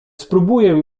spróbuję